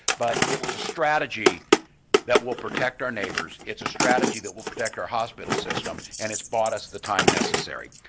but it was a strategy that will protect our neighbors. it's a strategy that will protect our hospital system, and it's bought us the time necessary.